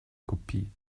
kopie